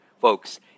folks